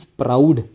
proud